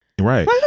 Right